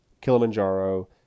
Kilimanjaro